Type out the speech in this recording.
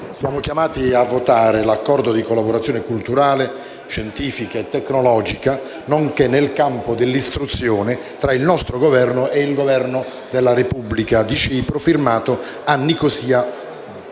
siamo chiamati a votare l'Accordo di collaborazione culturale, scientifica e tecnologica, nonché nel campo dell'istruzione, tra il nostro Governo e il Governo della Repubblica di Cipro, firmato a Nicosia